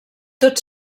tot